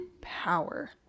power